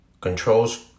controls